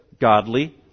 godly